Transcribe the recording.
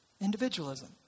Individualism